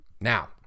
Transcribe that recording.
Now